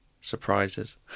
surprises